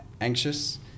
anxious